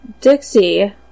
Dixie